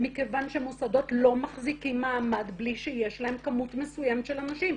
מכוון שמוסדות לא מחזיקים מעמד בלי שיש להם כמות מסוימת של אנשים.